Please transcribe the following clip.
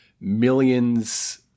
millions